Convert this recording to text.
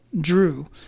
drew